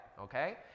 okay